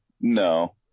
No